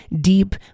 deep